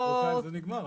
מחרתיים זה נגמר,